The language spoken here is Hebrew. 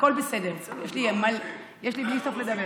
הכול בסדר, יש לי בלי סוף על מה לדבר.